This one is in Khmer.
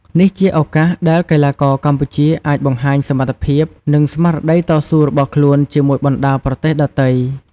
នេះជាឱកាសដែលកីឡាករកម្ពុជាអាចបង្ហាញសមត្ថភាព និងស្មារតីតស៊ូរបស់ខ្លួនជាមួយបណ្តាប្រទេសដទៃ។